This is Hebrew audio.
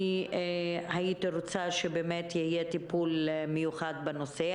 הייתי רוצה שיהיה באמת טיפול מיוחד בנושא.